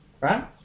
right